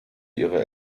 ihre